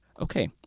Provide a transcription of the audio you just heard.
okay